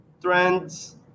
trends